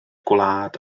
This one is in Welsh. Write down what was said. gwlad